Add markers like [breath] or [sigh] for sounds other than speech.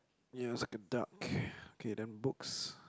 ya it's like a duck [breath] okay then books